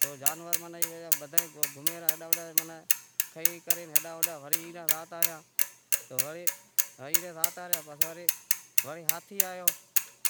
تو جانور ماناں بدہا کھئی پی گاہ باہ سری زاتا رہیا، زاتا رہیا تو وڑی ہاتھی آیو